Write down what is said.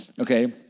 Okay